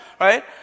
right